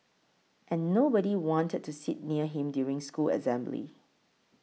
and nobody wanted to sit near him during school assembly